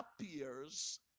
appears